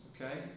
okay